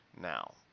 Now